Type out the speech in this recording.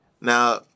Now